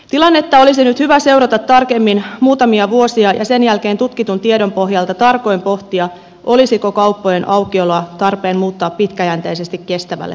tilannetta olisi nyt hyvä seurata tarkemmin muutamia vuosia ja sen jälkeen tutkitun tiedon pohjalta tarkoin pohtia olisiko kauppojen aukioloa tarpeen muuttaa pitkäjänteisesti kestävälle pohjalle